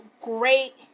great